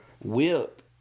whip